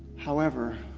however,